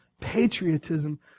patriotism